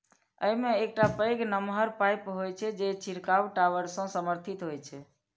अय मे एकटा पैघ नमहर पाइप होइ छै, जे छिड़काव टावर सं समर्थित होइ छै